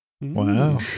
Wow